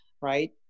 right